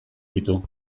ditu